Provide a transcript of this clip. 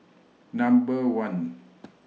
Number one